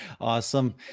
awesome